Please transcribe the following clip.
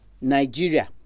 Nigeria